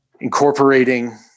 incorporating